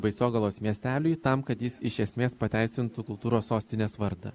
baisogalos miesteliui tam kad jis iš esmės pateisintų kultūros sostinės vardą